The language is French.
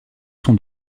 sont